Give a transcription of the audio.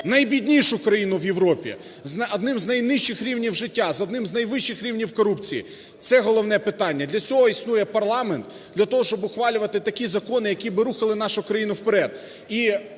найбіднішу країну в Європі одним з найнижчих рівнів життя, одним з найвищих рівнів корупції – це головне питання. Для цього існує парламент, для того, щоб ухвалювати такі закони, які б рухали нашу країну вперед.